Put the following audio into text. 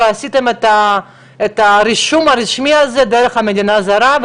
עשיתם את הרישום הרשמי הזה דרך מדינה זרה,